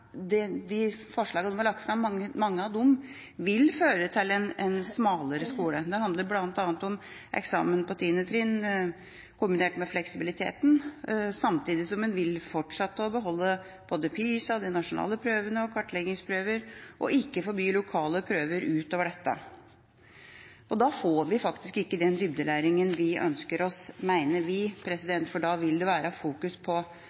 vil føre til en smalere skole. Det handler bl.a. om eksamen på 10. trinn kombinert med fleksibiliteten, samtidig som en fortsatt vil beholde både PISA og de nasjonale prøvene og kartleggingsprøver og ikke forby lokale prøver utover dette. Da får vi faktisk ikke den dybdelæringen vi ønsker oss, mener vi, for da vil det være fokus på